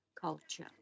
culture